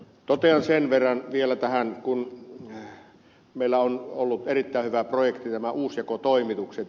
totean sen verran vielä tähän että meillä on ollut erittäin hyvä projekti nämä uusjakotoimitukset